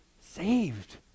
saved